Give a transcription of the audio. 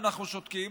אנחנו שותקים,